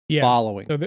following